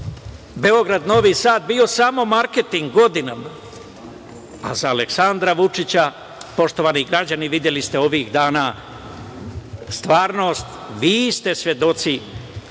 Beograd-Novi Sad bio samo marketing godinama, a za Aleksandra Vučića, poštovani građani videli ste ovih dana, stvarnost. Vi ste svedoci,